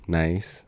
nice